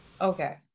Okay